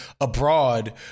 abroad